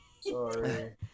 Sorry